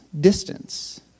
distance